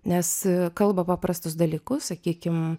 nes kalba paprastus dalykus sakykim